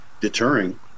deterring